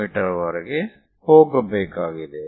me ವರಗೆ ಹೋಗಬೇಕಾಗಿದೆ